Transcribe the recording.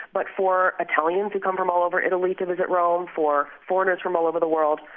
but for italians who come from all over italy to visit rome, for foreigners from all over the world.